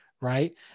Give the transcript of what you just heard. right